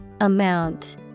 Amount